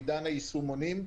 לעידן הישומונים,